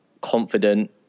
confident